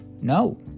no